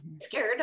scared